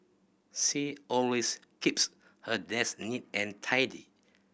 she always keeps her desk neat and tidy